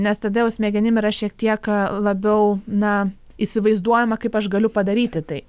nes tada jau smegenim yra šiek tiek labiau na įsivaizduojama kaip aš galiu padaryti tai